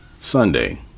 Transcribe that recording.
Sunday